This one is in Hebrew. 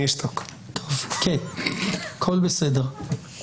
הכל בסדר.